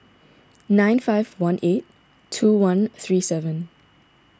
nine five one eight two one three seven